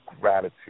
gratitude